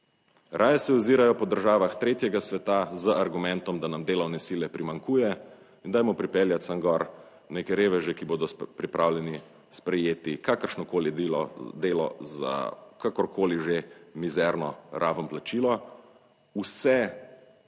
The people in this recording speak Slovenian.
Raje se ozirajo po državah tretjega sveta z argumentom, da nam delovne sile primanjkuje in dajmo pripeljati sem gor neke reveže, ki bodo pripravljeni sprejeti kakršnokoli delo za kakorkoli že, mizerno raven plačila, vse